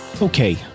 Okay